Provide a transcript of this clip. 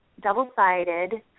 double-sided